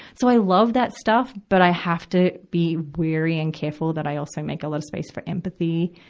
so i love that stuff, but i have to be wary and careful that i also make a lot of space for empathy.